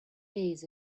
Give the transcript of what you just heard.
days